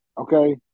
okay